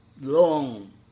Long